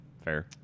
Fair